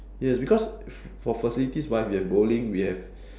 yes because for facilities wise we have bowling we have